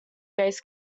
bass